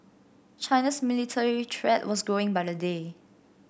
China's military threat was growing by the day